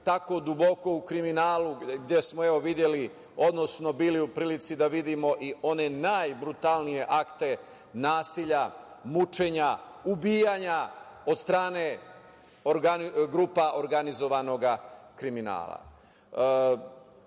tako duboko u kriminalu, gde smo bili u prilici da vidimo i one najbrutalnije akte nasilja, mučenja, ubijanja od strane grupa organizovanog kriminala. Ja